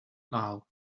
now